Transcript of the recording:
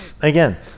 again